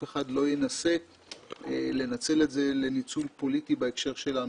אחד לא ינסה לנצל את זה לניצול פוליטי בהקשר שלנו.